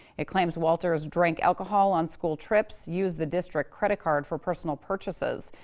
it claims walters drank alcohol on school trips, used the district credit card for personal purchases,